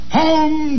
home